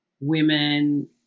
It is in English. women